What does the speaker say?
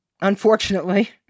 unfortunately